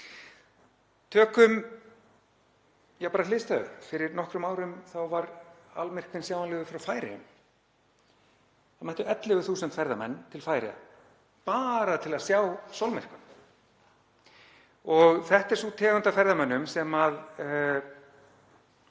Tökum bara hliðstæðu. Fyrir nokkrum árum var almyrkvinn sjáanlegur frá Færeyjum. Það mættu 11.000 ferðamenn til Færeyja, bara til að sjá sólmyrkvann. Og þetta er sú tegund af ferðamönnum sem